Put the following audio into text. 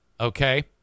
okay